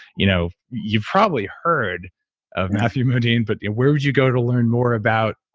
you know you've probably heard of matthew modine, but where would you go to learn more about.